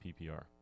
PPR